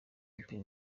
nka